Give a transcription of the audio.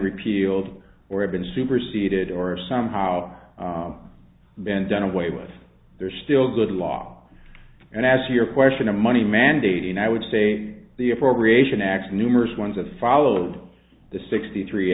repealed or have been superceded or somehow been done away with they're still good law and as to your question of money mandating i would say the appropriation act numerous ones of followed the sixty three